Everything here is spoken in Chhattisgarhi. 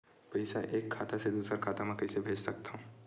पईसा एक खाता से दुसर खाता मा कइसे कैसे भेज सकथव?